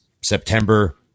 September